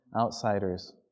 outsiders